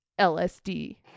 LSD